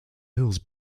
hills